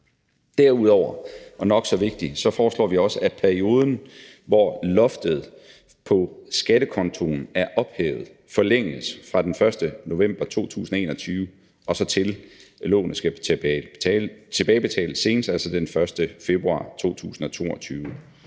Derudover – og nok så vigtigt – foreslår vi også, at perioden, hvor loftet på skattekontoen er ophævet, forlænges fra den 1. november 2021, til lånet skal tilbagebetales senest den 1. februar 2022.